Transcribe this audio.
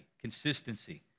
consistency